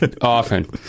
often